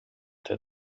der